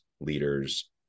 leaders